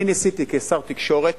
אני ניסיתי כשר התקשורת